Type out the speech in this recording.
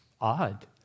odd